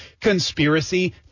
conspiracy